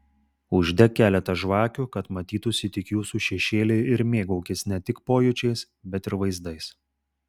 uždek keletą žvakių kad matytųsi tik jūsų šešėliai ir mėgaukis ne tik pojūčiais bet ir vaizdais